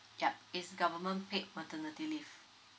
yup it's government paid maternity leave